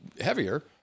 heavier